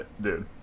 Dude